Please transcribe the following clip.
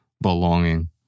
belonging